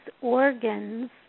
organs